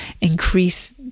increase